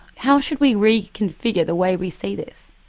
how should we reconfigure the way we see this?